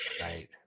Right